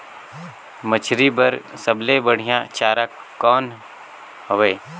मछरी बर सबले बढ़िया चारा कौन हवय?